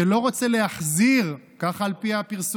שלא רוצה להחזיר, כך על פי הפרסומים,